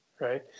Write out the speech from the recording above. right